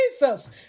Jesus